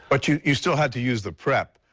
but you you still have to use the prep,